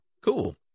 cool